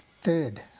Third